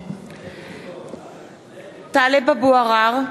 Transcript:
(קוראת בשמות חברי הכנסת) טלב אבו עראר,